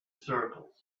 circles